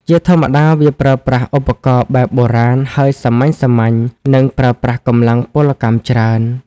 ជាធម្មតាវាប្រើប្រាស់ឧបករណ៍បែបបុរាណហើយសាមញ្ញៗ និងប្រើប្រាស់កម្លាំងពលកម្មច្រើន។